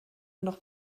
noch